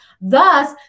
Thus